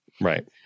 right